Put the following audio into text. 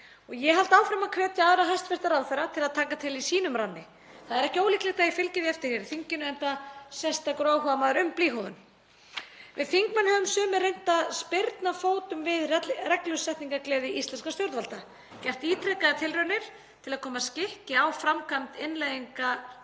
Ég held áfram að hvetja hæstv. ráðherra til að taka til í sínum ranni. Það er ekki ólíklegt að ég fylgi því eftir hér í þinginu enda sérstakur áhugamaður um blýhúðun. Við þingmenn höfum sumir reynt að spyrna fótum við reglusetningargleði íslenskra stjórnvalda og gert ítrekaðar tilraunir til að koma skikki á framkvæmd innleiðingar